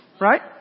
Right